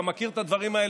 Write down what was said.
אתה מכיר את הדברים האלה,